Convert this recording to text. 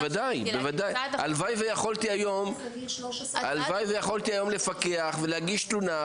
הלוואי ויכולתי היום לפקח ולהגיש תלונה,